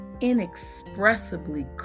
inexpressibly